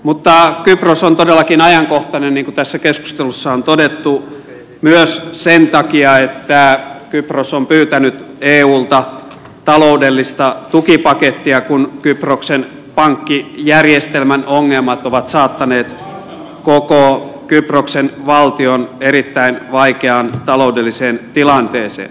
mutta kypros on todellakin ajankohtainen niin kuin tässä keskustelussa on todettu myös sen takia että kypros on pyytänyt eulta taloudellista tukipakettia kun kyproksen pankkijärjestelmän ongelmat ovat saattaneet koko kyproksen valtion erittäin vaikeaan taloudelliseen tilanteeseen